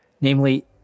Namely